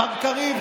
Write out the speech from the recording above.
מיקי, אתם לא ימין.